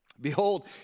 Behold